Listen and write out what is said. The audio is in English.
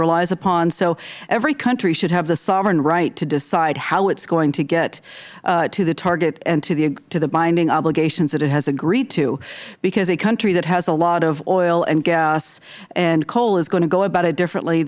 relies upon so every country should have the sovereign right to decide how it is going to get to the target and to the binding obligations that it has agreed to because a country that has a lot of oil and gas and coal is going to go about it differently